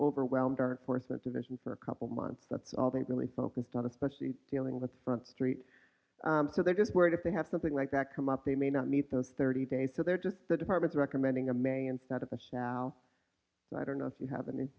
overwhelmed our fourth division for a couple months that's all they really focus on especially dealing with front street so they're just worried if they have something like that come up they may not meet those thirty days so they're just the department recommending a may instead of a shell so i don't know if you